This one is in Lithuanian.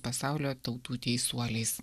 pasaulio tautų teisuoliais